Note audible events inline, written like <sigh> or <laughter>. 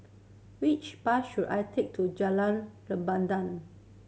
which bus should I take to Jalan <unintelligible>